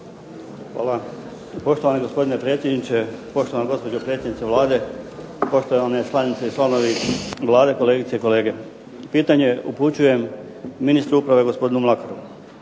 Hvala. Poštovani gospodine predsjedniče, poštovana gospođo predsjednice Vlade, poštovane članice i članovi Vlade, kolegice i kolege. Pitanje upućujem ministru Uprave, gospodinu Mlakaru.